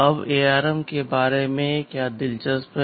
अब ARM के बारे में क्या दिलचस्प है